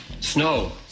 Snow